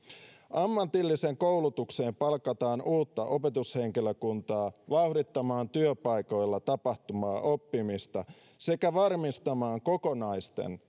ammatilliseen koulutukseen palkataan uutta opetushenkilökuntaa vauhdittamaan työpaikoilla tapahtuvaa oppimista sekä varmistamaan kokonaisten